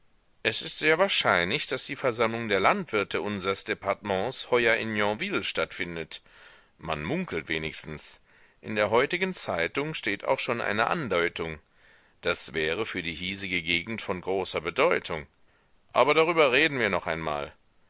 es ist sehr wahrscheinlich daß die versammlung der landwirte unsers departements heuer in yonville stattfindet man munkelt wenigstens in der heutigen zeitung steht auch schon eine andeutung das wäre für die hiesige gegend von großer bedeutung aber darüber reden wir noch einmal